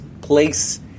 place